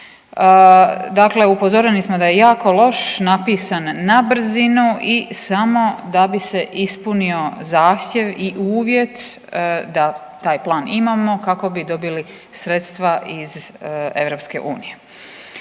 Dakle, upozoreni smo da je jako loš, napisan na brzinu i samo da bi se ispunio zahtjev i uvjet da taj plan imamo kako bi dobili sredstva iz EU.